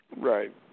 Right